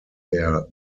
their